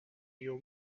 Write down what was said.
your